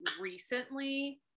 recently